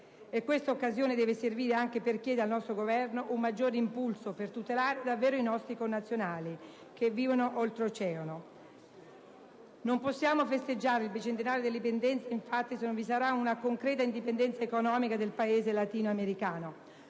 questa occasione deve servire anche per chiedere al nostro Governo un maggiore impulso per tutelare davvero i nostri connazionali che vivono oltreoceano. Non possiamo festeggiare il bicentenario dell'indipendenza, infatti, se non vi sarà un concreta indipendenza economica del paese latino-americano.